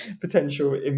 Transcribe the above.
potential